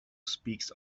speaks